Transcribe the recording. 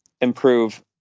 improve